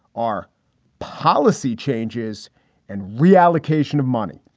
are policy changes and reallocation of money.